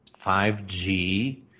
5G